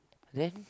then